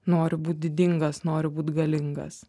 noriu būt didingas noriu būt galingas